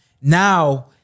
Now